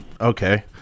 Okay